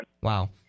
Wow